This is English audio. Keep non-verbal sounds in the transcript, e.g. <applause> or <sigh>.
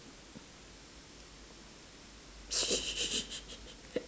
<laughs>